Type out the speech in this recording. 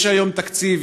יש היום תקציב,